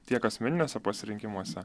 tiek asmeniniuose pasirinkimuose